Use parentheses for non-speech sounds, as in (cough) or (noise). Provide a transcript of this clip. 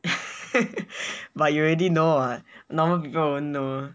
(laughs) but you already know what normal people won't know